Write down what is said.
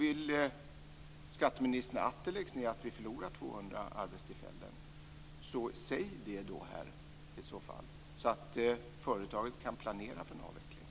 Vill skatteministern att det läggs ned, så att vi förlorar 200 arbetstillfällen, bör han säga det, så att företaget kan planera för en avveckling.